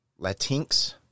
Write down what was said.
latinx